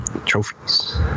trophies